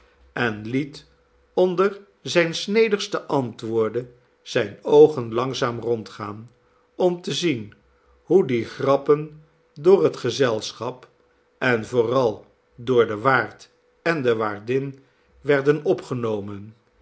en liet onder zijne snedigste antwoorden zijne oogen langzaam rondgaan om te zien hoe die grappen door het gezelschap en vooral door den waard en de waardin werden opgenomen